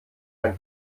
ein